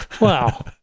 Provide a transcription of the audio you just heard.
Wow